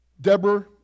Deborah